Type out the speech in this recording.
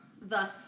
thus